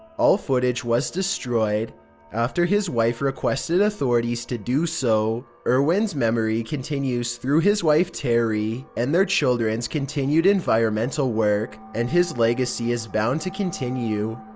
all footage was destroyed after his wife requested authorities to do so. irwin's memory continues through his wife, terri and their children's continued environmental work, and his legacy is bound to continue.